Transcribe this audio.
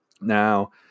Now